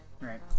Right